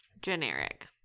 generic